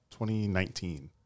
2019